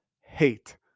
hate